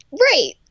Right